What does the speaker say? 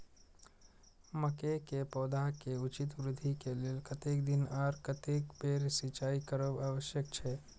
मके के पौधा के उचित वृद्धि के लेल कतेक दिन आर कतेक बेर सिंचाई करब आवश्यक छे?